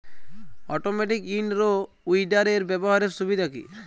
Automatic in row উইডারের ব্যবহারের সুবিধা কি?